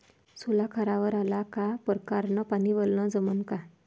सोला खारावर आला का परकारं न पानी वलनं जमन का?